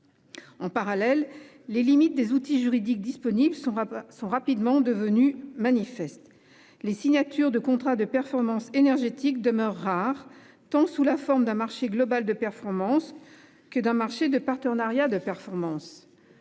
En parallèle, les limites des outils juridiques disponibles sont rapidement devenues manifestes. Les signatures de contrats de performance énergétique (CPE) demeurent rares, sous la forme tant d'un marché global de performance que d'un marché de partenariat de performance